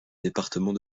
département